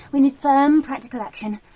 we need firm, practical action!